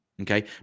Okay